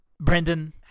Brendan